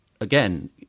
again